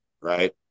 right